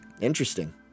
Interesting